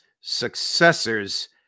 successors